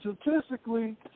statistically